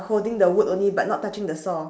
holding the wood only but not touching the saw